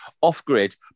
Off-grid